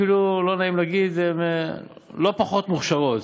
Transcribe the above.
אפילו, לא נעים להגיד, הן לא פחות מוכשרות.